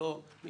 עם